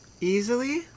Easily